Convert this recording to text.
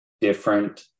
different